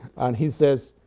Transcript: and he says